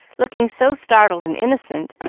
looking so startled and innocent,